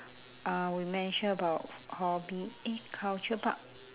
uh we mention about hobby eh culture but